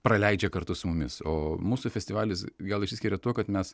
praleidžia kartu su mumis o mūsų festivalis gal išsiskiria tuo kad mes